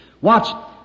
Watch